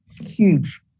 Huge